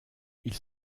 ils